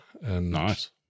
Nice